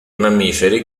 mammiferi